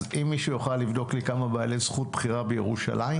אז מישהו יוכל לבדוק לי כמה בעלי זכות בחירה בירושלים?